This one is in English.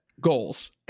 goals